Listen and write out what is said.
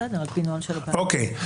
אוקיי.